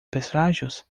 presságios